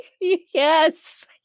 yes